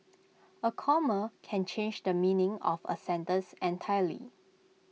A comma can change the meaning of A sentence entirely